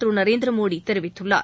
திருநரேந்திரமோடிதெரிவித்துள்ளார்